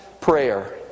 prayer